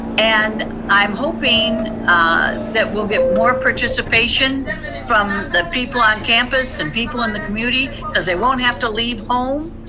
and i'm hoping that we'll get more participation from the people on campus and people in the community cause they won't have to leave home.